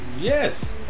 Yes